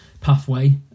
pathway